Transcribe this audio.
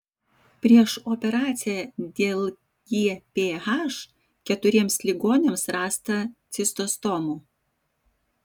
prieš operaciją dėl gph keturiems ligoniams rasta cistostomų